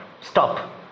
Stop